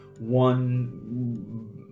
one